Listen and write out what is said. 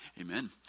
Amen